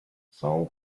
thou